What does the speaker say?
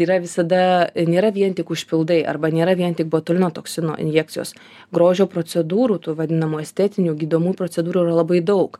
yra visada nėra vien tik užpildai arba nėra vien tik botulino toksino injekcijos grožio procedūrų tų vadinamų estetinių gydomų procedūrų yra labai daug